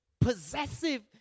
possessive